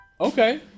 Okay